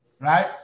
right